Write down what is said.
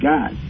God